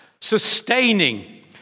sustaining